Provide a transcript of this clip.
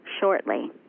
shortly